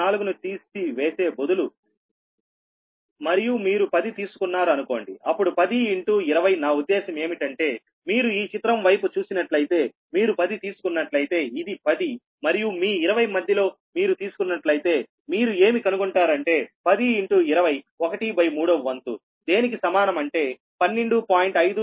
4 ను తీసే బదులు మరియు మీరు 10 తీసుకున్నారు అనుకోండి అప్పుడు 10 ఇన్ టూ 20 నా ఉద్దేశం ఏమిటంటే మీరు ఈ చిత్రం వైపు చూసినట్లయితే మీరు పది తీసుకున్నట్లయితే ఇది 10మరియు మీ 20 మధ్యలో మీరు తీసుకున్నట్లయితే మీరు ఏమి కనుగొంటారు అంటే 1020 1 బై మూడవ వంతు దేనికి సమానం అంటే 12